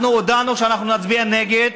אנחנו הודענו שאנחנו נצביע נגד,